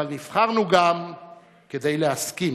אבל נבחרנו גם כדי להסכים.